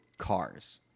cars